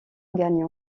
gagne